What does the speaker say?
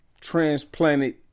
transplanted